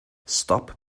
stop